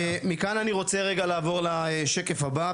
אני רוצה לעבור לשקף הבא.